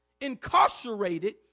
incarcerated